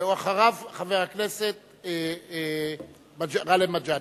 אחריו, חבר הכנסת גאלב מג'אדלה.